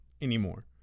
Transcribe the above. Anymore